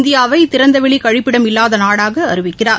இந்தியாவை திறந்தவெளி கழிப்பிடம் இல்லாத நாடாக அறிவிக்கிறார்